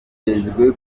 ikiguzi